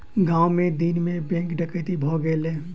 गाम मे दिन मे बैंक डकैती भ गेलै